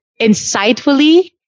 insightfully